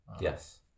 yes